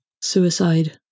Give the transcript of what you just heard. suicide